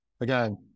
again